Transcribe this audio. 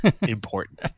important